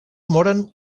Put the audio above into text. moren